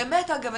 באמת אגב,